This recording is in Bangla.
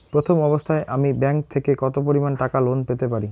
প্রথম অবস্থায় আমি ব্যাংক থেকে কত পরিমান টাকা লোন পেতে পারি?